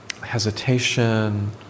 hesitation